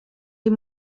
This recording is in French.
les